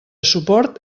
suport